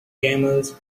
camels